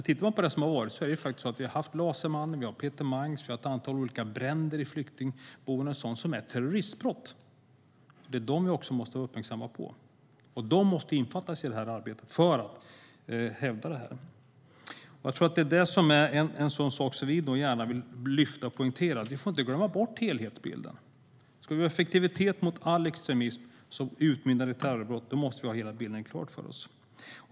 Vi har haft Lasermannen, Peter Mangs och ett antal olika bränder i flyktingboenden, sådant som är terroristbrott, och dem måste vi vara uppmärksamma på. De måste innefattas i det arbetet för att man ska kunna hävda detta. En sak som vi vill poängtera är att man inte får glömma bort helhetsbilden. Ska vi ha effektivitet mot all extremism som utmynnar i terrorbrott måste vi ha hela bilden klar för oss.